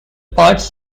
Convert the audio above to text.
parts